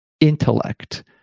intellect